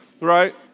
right